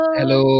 Hello